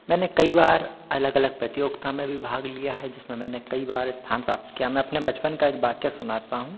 मैंने कई बार अलग अलग प्रतियोगिता में भी भाग लिया है जिसमें मैंने कई बार स्थान प्राप्त किया है मैं अपने बचपन का एक वाकया सुनता हूँ